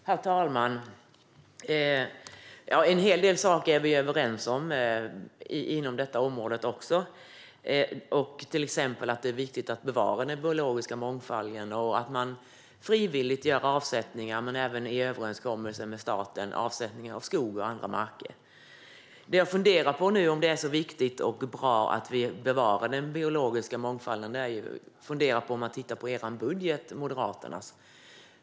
Herr talman! En hel del saker är vi överens om också inom detta område, till exempel att det är viktigt att bevara den biologiska mångfalden och att man frivilligt men även i överenskommelse med staten gör avsättningar av skog och annan mark. Om det nu är viktigt och bra att vi bevarar den biologiska mångfalden blir jag fundersam när jag tittar på Moderaternas budget.